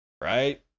Right